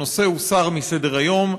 הנושא הוסר מסדר-היום,